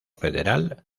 federal